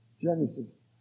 Genesis